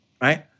right